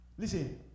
Listen